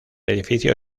edificio